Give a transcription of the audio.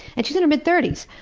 and she's in her mid-thirties.